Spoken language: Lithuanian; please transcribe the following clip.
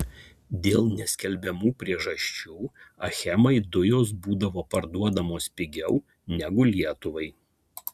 dėl neskelbiamų priežasčių achemai dujos būdavo parduodamos pigiau negu lietuvai